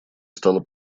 стала